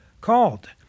called